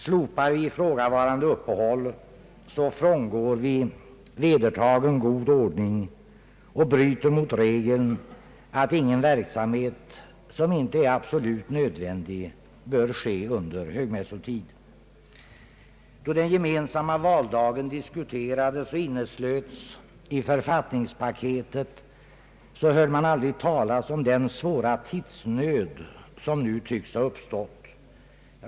Slopar vi ifrågavarande uppehåll frångår vi vedertagen god ordning och bryter mot regeln att ingen verksamhet, som inte är absolut nödvändig, bör ske under högmässotid. Då den gemensamma valdagen diskuterades och inneslöts i författningspaketet hörde man aldrig talas om den svåra tidsnöd som nu tycks ha uppstått.